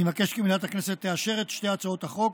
אני מבקש כי מליאת הכנסת תאשר את שתי הצעות החוק